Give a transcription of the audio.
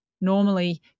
normally